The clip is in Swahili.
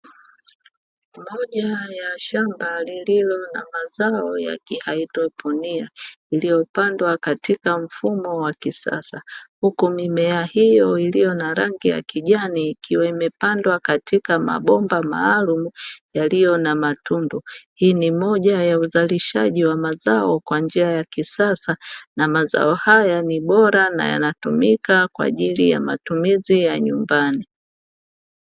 Moja ya shamba lililo na mazao ya haidroponia iliyopandwa katika mfumo wa kisasa huku mimea hiyo iliyo na rangi ya kijani imepandwa katika mabomba maalumu yaliyo na matundu, hii ni moja ya uzalishaji wa mazao kwa njia ya kisasa na mazao haya ni bora na yanatumika kwa ajili ya matumizi ya nyumbani.